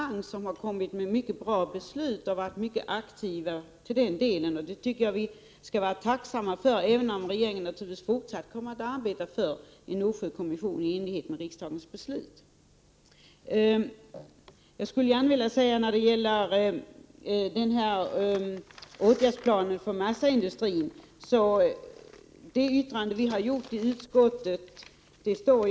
Vid denna konferens har deltagarna fattat mycket bra beslut och varit mycket aktiva. Det skall vi vara tacksamma för, även om regeringen naturligtvis kommer att fortsätta att arbeta för en Nordsjökommission i enlighet med riksdagens beslut. Jag står för det yttrande som majoriteten har gjort i utskottet när det gäller åtgärdsplanen för massaindustrin.